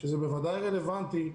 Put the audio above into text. שזה בוודאי רלוונטי,